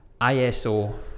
ISO